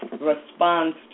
response